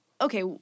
okay